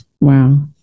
Wow